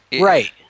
Right